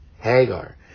Hagar